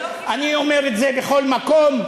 אני אומר את זה בכל מקום.